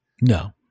No